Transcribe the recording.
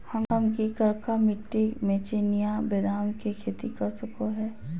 हम की करका मिट्टी में चिनिया बेदाम के खेती कर सको है?